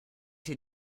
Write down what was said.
hier